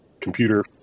computer